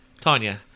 Tanya